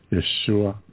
Yeshua